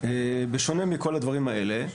בשונה מכל הדברים האלה,